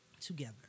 together